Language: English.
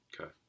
okay